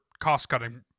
cost-cutting